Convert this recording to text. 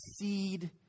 seed